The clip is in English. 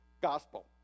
gospel